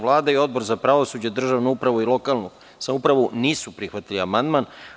Vlada i Odbor za pravosuđe, državnu upravu i lokalnu samoupravu nisu prihvatili amandman.